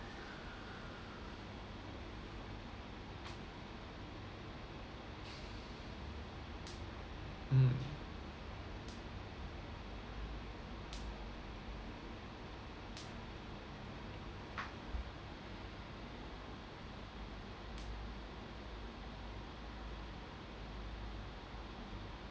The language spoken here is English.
mm